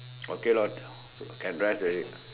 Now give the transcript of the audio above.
okay loh can rest already